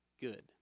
good